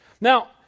Now